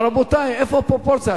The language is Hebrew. אבל, רבותי, איפה הפרופורציה?